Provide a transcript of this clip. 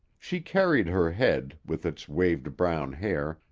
she carried her head, with its waved brown hair,